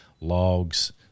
logs